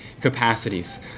capacities